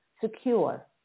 secure